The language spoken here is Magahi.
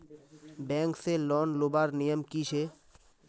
बैंक से लोन लुबार नियम की छे?